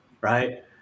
Right